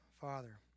Father